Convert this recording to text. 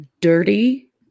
dirty